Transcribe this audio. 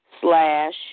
slash